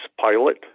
pilot